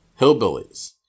hillbillies